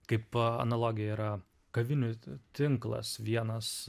kaip analogija yra kavinių tinklas vienas